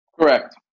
Correct